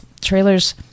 trailers